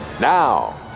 Now